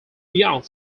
young